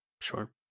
Sure